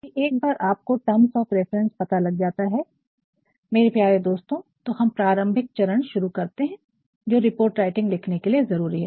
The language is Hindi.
तो यदि एक बार आपको टर्म्स ऑफ़ रिफरेन्स पता लग जाता है मेरे प्यारे दोस्तों तो हम प्रारंभिक चरण शुरू करते है जो रिपोर्ट राइटिंग लिखने के लिए ज़रूरी है